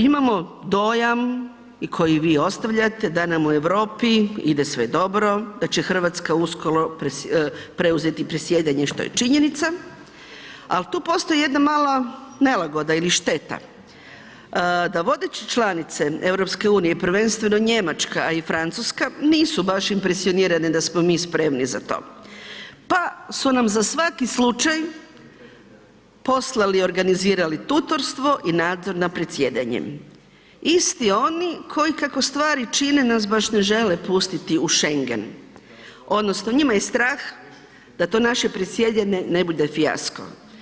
Imamo dojam i koji vi ostavljate da nam u Europi ide sve dobro, da će RH uskoro preuzeti presjedanje, što je činjenica, al tu postoji jedna mala nelagoda ili šteta, da vodeće članice EU, prvenstveno Njemačka i Francuska nisu baš impresionirane da smo mi spremni za to, pa su nam za svaki slučaj poslali i organizirali tutorstvo i nadzor nad predsjedanjem, isti oni koji kako stvari čine nas baš ne žele pustiti u Schengen odnosno njima je strah da to naše predsjedanje ne bude fijasko.